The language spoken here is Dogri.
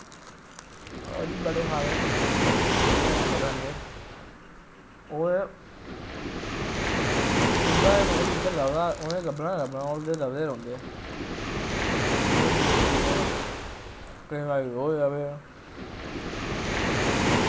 और वी बड़े सारे पंक्षी न जेह्ड़े रंग बरंदे ओह् ते उंदा ते मतलव इद्दर लब्भना उनै लब्भना गै लब्भना ओह् इध्दर लब्भदे गै रौंह्दे रोज दुए त्रिए दिन केईं बारी रोज लब्भदे